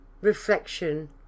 reflection